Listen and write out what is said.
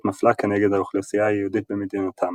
מפלה כנגד האוכלוסייה היהודית במדינתם.